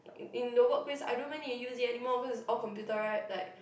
in the workplace I don't even need to use it anymore because it's all computerise like